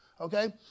Okay